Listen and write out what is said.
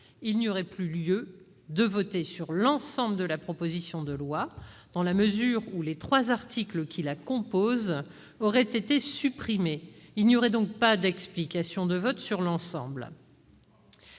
il n'y aurait plus lieu de voter sur l'ensemble de la proposition de loi, dans la mesure où les trois articles qui la composent auraient été supprimés. Il n'y aurait donc pas d'explications de vote sur l'ensemble.